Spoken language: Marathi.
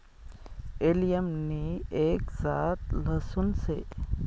एलियम नि एक जात लहसून शे